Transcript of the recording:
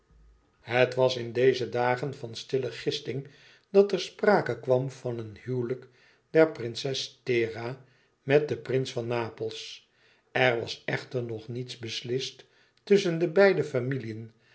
het was in deze dagen van stille gisting dat er sprake kwam van een huwelijk der prinses thera met den prins van napels er was echter nog niets beslist tusschen de beide familiën